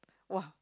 !woah!